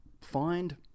find